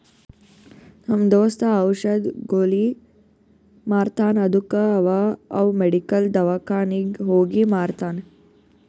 ನಮ್ ದೋಸ್ತ ಔಷದ್, ಗೊಲಿ ಮಾರ್ತಾನ್ ಅದ್ದುಕ ಅವಾ ಅವ್ ಮೆಡಿಕಲ್, ದವ್ಕಾನಿಗ್ ಹೋಗಿ ಮಾರ್ತಾನ್